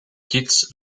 kids